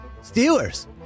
Steelers